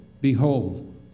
Behold